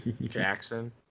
Jackson